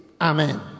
Amen